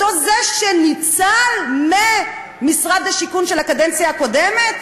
זה שניצל ממשרד השיכון של הקדנציה הקודמת?